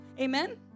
amen